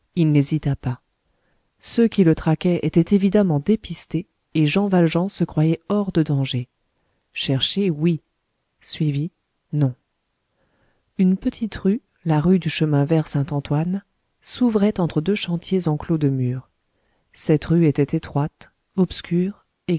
il n'hésita pas ceux qui le traquaient étaient évidemment dépistés et jean valjean se croyait hors de danger cherché oui suivi non une petite rue la rue du chemin vert saint antoine s'ouvrait entre deux chantiers enclos de murs cette rue était étroite obscure